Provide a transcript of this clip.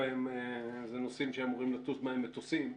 אלה נושאים שאמורים לטוס בהם מטוסים,